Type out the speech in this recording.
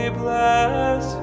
bless